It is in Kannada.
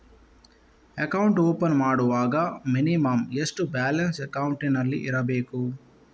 ಅಕೌಂಟ್ ಓಪನ್ ಮಾಡುವಾಗ ಮಿನಿಮಂ ಎಷ್ಟು ಬ್ಯಾಲೆನ್ಸ್ ಅಕೌಂಟಿನಲ್ಲಿ ಇರಬೇಕು?